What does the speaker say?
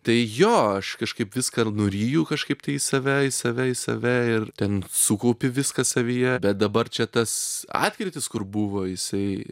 tai jo aš kažkaip viską nuryju kažkaip tai į save į save į save ir ten sukaupi viską savyje bet dabar čia tas atkrytis kur buvo jisai